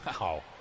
Wow